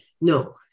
no